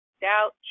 doubt